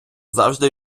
завжди